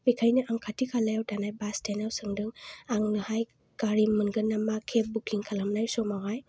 बेखायनो आं खाथि खालायाव थानायाव बास्टेनाव सोंदों आंनोहाय गारि मोनगोन नामा केब बुकिं खालामनाय समावहाय